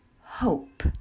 hope